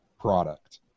product